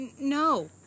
no